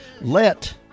Let